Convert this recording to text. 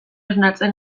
esnatzen